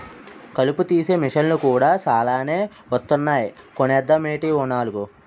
కలుపు తీసే మిసన్లు కూడా సాలానే వొత్తన్నాయ్ కొనేద్దామేటీ ఓ నాలుగు?